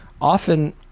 often